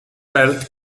bellt